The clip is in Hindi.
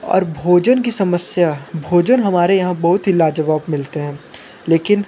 और भोजन की समस्या भोजन हमारे यहाँ बहुत ही लाजवाब मिलते हैं लेकिन